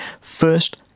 first